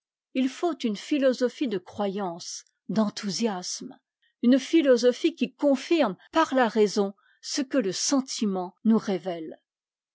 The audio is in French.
j faut une philosophie de croyance d'enthousiasme une philosophie qui confirme par la raison ce que le sentiment nous révèle